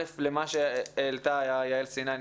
למה שהעלתה יעל סיני,